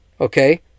Okay